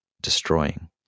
destroying